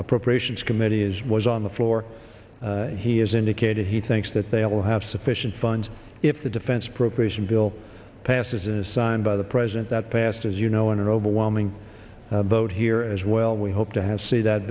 appropriations committee is was on the floor he has indicated he thinks that they will have sufficient funds if the defense appropriation bill passes it is signed by the president that passed as you know in an overwhelming vote here as well we hope to have see that